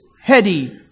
heady